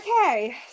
Okay